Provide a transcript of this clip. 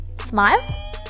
Smile